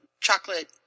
chocolate